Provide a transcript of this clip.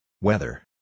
Weather